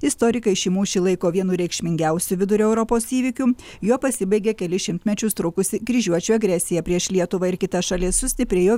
istorikai šį mūšį laiko vienu reikšmingiausių vidurio europos įvykių juo pasibaigė kelis šimtmečius trukusi kryžiuočių agresija prieš lietuvą ir kitas šalis sustiprėjo